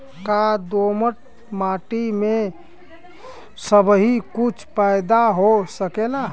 का दोमट माटी में सबही कुछ पैदा हो सकेला?